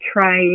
try